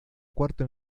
cuarto